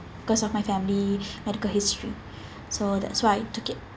because of my family medical history so that's why I took it